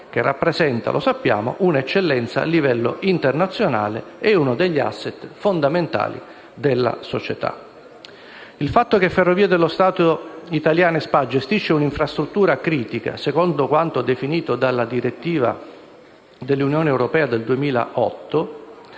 rappresenta un'eccellenza a livello internazionale e uno degli *asset* fondamentali della società; il fatto che Ferrovie dello Stato Italiane SpA gestisce un'infrastruttura critica, secondo quanto definito nella direttiva dell'Unione europea